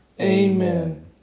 Amen